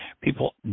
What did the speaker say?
People